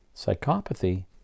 psychopathy